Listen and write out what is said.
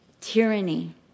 tyranny